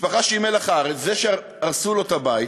משפחה שהיא מלח הארץ, זה שהרסו לו את הבית.